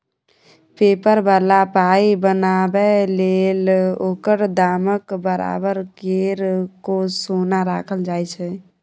paper बला पाइ बनाबै लेल ओकर दामक बराबर केर सोन राखल जाइ छै